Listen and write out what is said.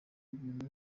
ibintu